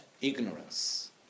Ignorance